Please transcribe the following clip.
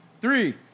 Three